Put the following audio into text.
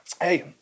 Hey